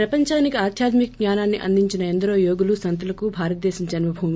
ప్రపంచానికి ఆధ్యాత్మిక జ్ఞానాన్ని అందించిన ఎందరో యోగులు సంత్లకు భారతదేశం జన్మభూమి